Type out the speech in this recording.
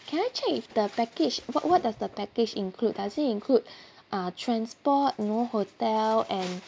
can I check if the package what what does the package include does it include uh transport no hotel and